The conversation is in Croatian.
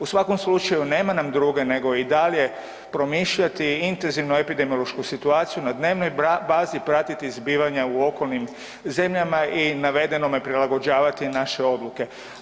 U svakom slučaju nema nam druge nego i dalje promišljati intenzivno epidemiološku situaciju na dnevnoj bazi, pratiti zbivanja u okolnim zemljama i navedenome prilagođavati naše odluke.